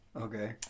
Okay